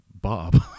Bob